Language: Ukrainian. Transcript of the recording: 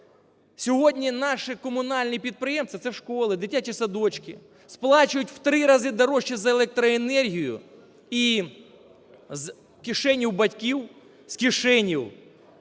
Сьогодні наші комунальні підприємства, а це школи, дитячі садочки, сплачують в три рази дорожче за електроенергію – і з кишень батьків, з кишень